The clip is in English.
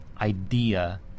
idea